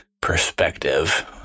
perspective